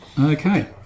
Okay